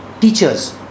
teachers